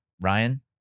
Ryan